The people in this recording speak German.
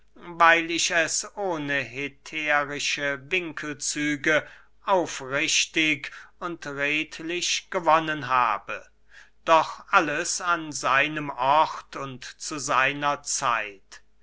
weil ich es ohne hetärische winkelzüge aufrichtig und redlich gewonnen habe doch alles an seinem ort und zu seiner zeit